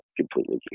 completely